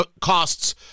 costs